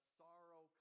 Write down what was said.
sorrow